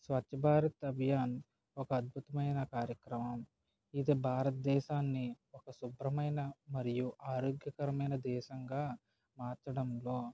స్వచ్ఛభారత్ అభియాన్ ఒక అద్భుతమైన కార్యక్రమం ఇది భారతదేశాన్ని ఒక శుభ్రమైన మరియు ఆరోగ్యకరమైన దేశంగా మార్చడంలో